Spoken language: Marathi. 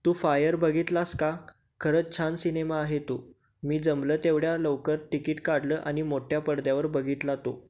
तू फायर बघितलास का खरंच छान सिनेमा आहे तो मी जमलं तेवढ्या लवकर तिकीट काढलं आणि मोठ्या पडद्यावर बघितला तो